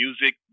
music